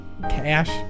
Cash